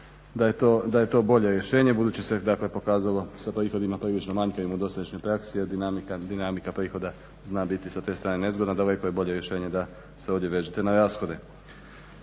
da je to bolje rješenje budući se dakle pokazalo sa prihodima prilično manjkavim u dosadašnjoj praksi jer dinamika prihoda zna biti sa te strane nezgodna. Daleko je bolje rješenje da se ovdje vežete na rashode.